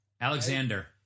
Alexander